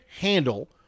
handle